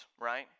right